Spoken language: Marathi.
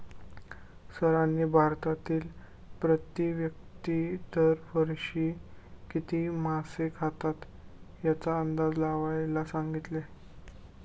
सरांनी भारतातील प्रति व्यक्ती दर वर्षी किती मासे खातात याचा अंदाज लावायला सांगितले?